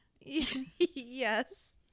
Yes